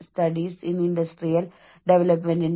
ഞാൻ പറഞ്ഞതുപോലെ അനിശ്ചിതത്വം ആരും ഇഷ്ടപ്പെടുന്നില്ല